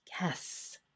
Yes